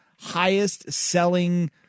highest-selling